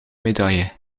medaille